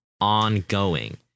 ongoing